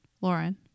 Lauren